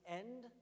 end